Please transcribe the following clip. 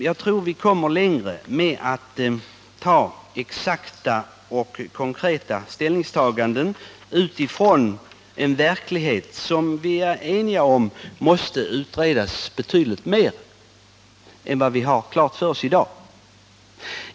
Jag tror vi kommer längre genom att göra exakta och konkreta ställningstaganden utifrån en verklighet som vi är eniga om måste utredas betydligt mer än vad som hittills skett.